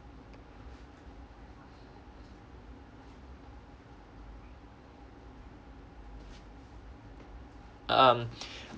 um